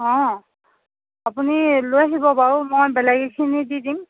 অঁ আপুনি লৈ আহিব বাৰু মই বেলেগ এখিনি দি দিম